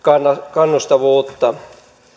kannustavuutta